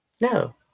No